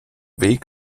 weg